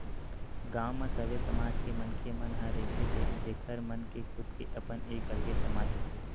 गाँव म सबे समाज के मनखे मन ह रहिथे जेखर मन के खुद के अपन एक अलगे समाज होथे